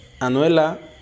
Anuela